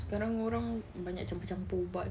sekarang orang banyak campur-campur ubat